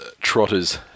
trotters